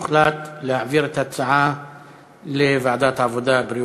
הוחלט להעביר את ההצעה לוועדת העבודה, הרווחה